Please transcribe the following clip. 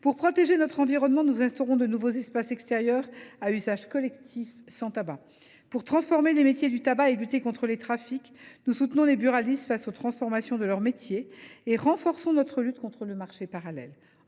Pour protéger notre environnement, nous instaurons de nouveaux espaces extérieurs à usage collectif sans tabac. Pour transformer les métiers du tabac et lutter contre les trafics, nous soutenons les buralistes face aux évolutions de leur métier et nous renforçons notre lutte contre le marché parallèle.